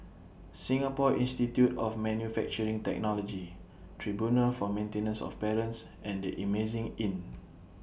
Singapore Institute of Manufacturing Technology Tribunal For Maintenance of Parents and The Amazing Inn